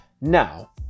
Now